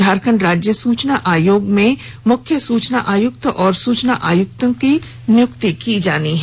झारखंड राज्य सूचना आयोग में मुख्य सूचना आयुक्त और सूचना आयुक्तों की नियुक्ति की जानी है